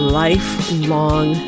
lifelong